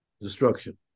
destruction